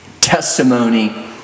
testimony